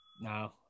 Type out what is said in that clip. No